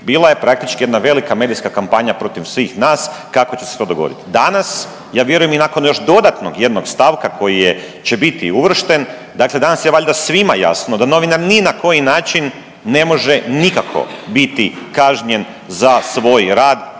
bila je praktički jedna velika medijska kampanja protiv svih nas kao će se to dogoditi. Danas ja vjerujem i nakon još dodatnog jednog stavka koji je, će biti uvršten, dakle danas je valjda svima jasno da novinar ni na koji način ne može nikako biti kažnjen za svoj rad